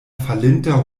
falinta